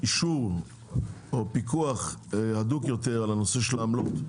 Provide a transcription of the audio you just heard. אישור או פיקוח הדוק יותר על הנושא של העמלות.